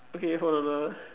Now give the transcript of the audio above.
okay hold on ah